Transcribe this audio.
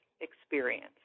experience